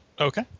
Okay